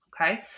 Okay